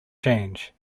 change